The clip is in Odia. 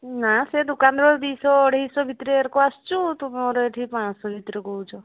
ନା ସେ ଦୋକାନରେ ଦୁଇଶହ ଅଢ଼େଇଶହ ଭିତରେ ଏଇରାକ ଆସୁଛୁ ତୁମର ଏଇଠି ପାଂଶ ଭିତରେ କହୁଛ